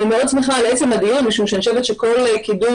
אני מאוד שמחה על עצם הדיון משום שאני חושבת שכל קידום